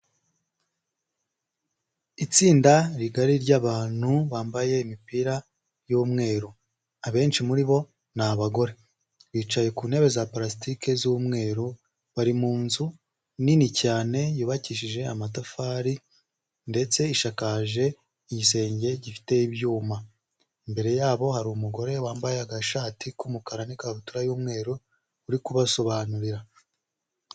Itsinda rigari ry'abantu bambaye imipira y'umweru, abenshi muri bo ni abagore. Bicaye ku ntebe za palasitike z'umweru bari mu nzu nini cyane, yubakishije amatafari ndetse ishakaje igisenge gifite ibyuma. Imbere yabo hari umugore wambaye agashati k'umukara n'ikabutura y'umweru uri kubasobanurira.